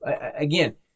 Again